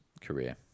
career